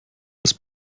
das